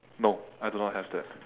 no I do not have that